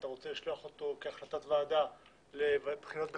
אתה רוצה לשלוח אותו כהחלטת ועדה לבחינות בכתב,